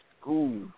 school